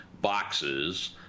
boxes